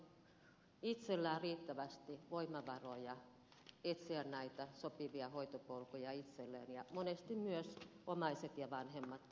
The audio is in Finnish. heillä ei ole itsellään riittävästi voimavaroja etsiä näitä sopivia hoitopolkuja itselleen ja monesti myös omaiset ja vanhemmat väsyvät